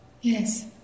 Yes